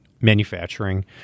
manufacturing